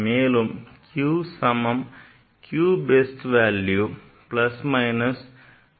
மேலும் q சமம் q best value plus minus del q delta q